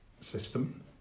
system